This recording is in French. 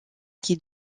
qui